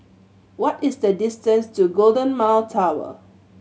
what is the distance to Golden Mile Tower